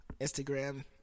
Instagram